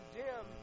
dim